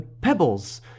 pebbles